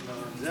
על